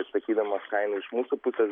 atsakydamas kainą iš mūsų pusės